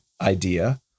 idea